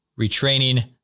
retraining